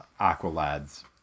Aqualad's